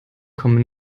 kommen